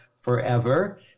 forever